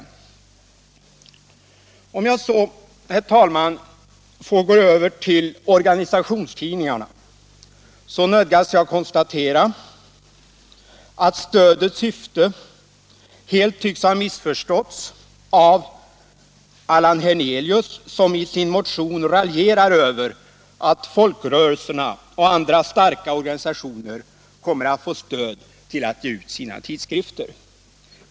Om jag så, herr talman, får gå över till organisationstidningarna, nödgas jag konstatera att stödets syfte helt tycks ha missförståtts av Allan Hernelius, som i sin motion raljerar över att folkrörelserna och andra starka organisationer kommer att få stöd till att ge ut sina tidskrifter.